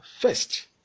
first